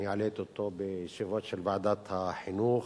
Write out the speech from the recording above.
העליתי אותו בישיבות של ועדת החינוך,